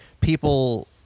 people